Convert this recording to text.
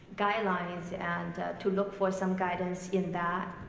guidelines and to look for some guidance in that.